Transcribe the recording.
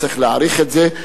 וצריך להעריך את זה,